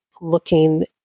Looking